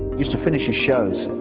used to finish his shows